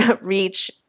reach